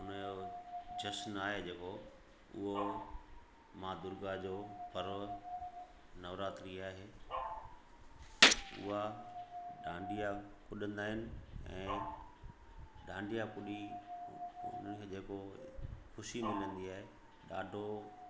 उन जो जस्न आहे जेको उहो मां दुर्गा जो पर्व नवरात्री आहे उहा डांडिया कुॾंदा आहिनि ऐं डांडिया कुॾी उन्हनि खे जेको ख़ुशी मिलंदी आहे ॾाढो